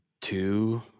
Two